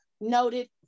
Noted